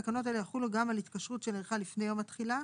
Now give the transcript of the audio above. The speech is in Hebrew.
תקנות אלה יחולו גם על התקשרות שנערכה לפני יום התחילה,